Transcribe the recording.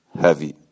heavy